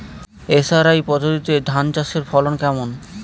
SRI পদ্ধতিতে ধান চাষের ফলন কেমন?